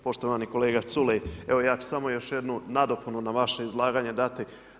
Poštovani kolega Culej, evo ja ću samo još jednu nadopunu na vaše izlaganje dati.